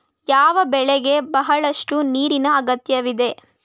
ಯಾವ ಬೆಳೆಗೆ ಬಹಳಷ್ಟು ನೀರಿನ ಅಗತ್ಯವಿದೆ?